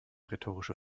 rhetorische